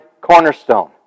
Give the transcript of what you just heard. cornerstone